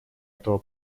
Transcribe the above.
этого